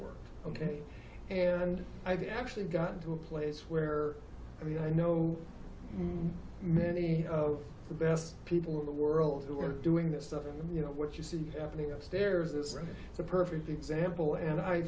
works ok and i've actually gotten to a place where i mean i know many of the best people in the world who are doing this stuff and you know what you see happening of stairs this is a perfect example and i